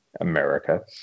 America